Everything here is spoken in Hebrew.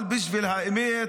אבל בשביל האמת,